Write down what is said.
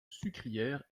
sucrière